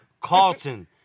Carlton